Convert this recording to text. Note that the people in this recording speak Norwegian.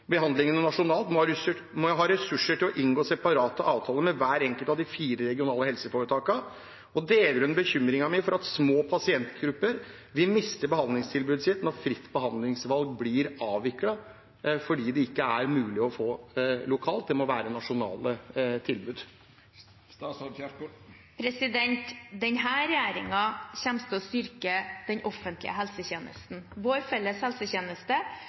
behandlingene nasjonalt, må ha ressurser til å inngå separate avtaler med hvert enkelt av de fire regionale helseforetakene? Deler hun bekymringen min for at små pasientgrupper vil miste behandlingstilbudet sitt når fritt behandlingsvalg blir avviklet, fordi det ikke er mulig å få det lokalt, det må være nasjonale tilbud? Denne regjeringen kommer til å styrke den offentlige helsetjenesten, vår felles helsetjeneste,